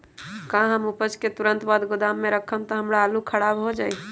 का हम उपज के तुरंत बाद गोदाम में रखम त हमार आलू खराब हो जाइ?